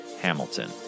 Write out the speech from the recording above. Hamilton